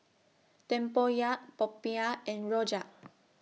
Tempoyak Popiah and Rojak